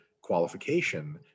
qualification